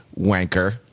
wanker